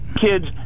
kids